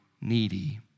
needy